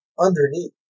underneath